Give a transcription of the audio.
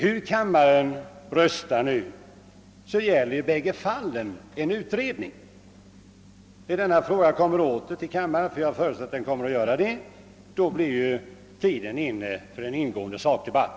Hur kammaren nu än röstar gäller det i bägge fallen en utredning. När denna fråga återkommer till kammaren — jag förutsätter att så sker — blir tiden inne för en ingående sakdebatt.